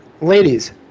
ladies